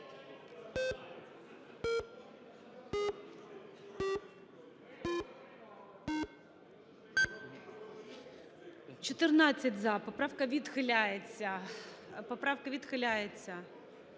– за, поправка відхиляється.